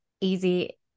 easy